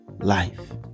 life